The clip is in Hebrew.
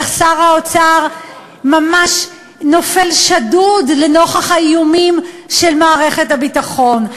איך שר האוצר ממש נופל שדוד לנוכח האיומים של מערכת הביטחון.